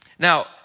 Now